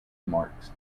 marks